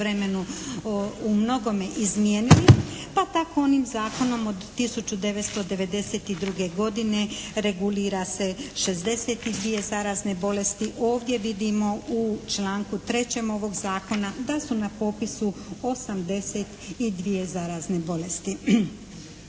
umnogome izmijenili, pa tako onim zakonom od 1992. godine regulira se 62 zarazne bolesti. Ovdje vidimo u članku trećem ovog zakona da su na popisu 82. zarazne bolesti.